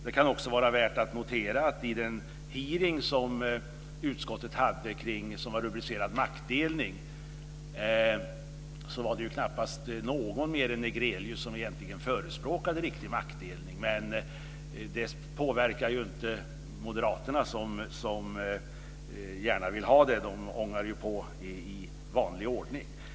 Det kan också vara värt att notera att vid den hearing som utskottet anordnade med rubriken Maktdelning var det knappast någon mer än Negrelius som förespråkade riktig maktdelning. Men det påverkade inte moderaterna som gärna vill ha det. De ångar ju på i vanlig ordning.